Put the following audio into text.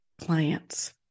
clients